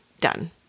done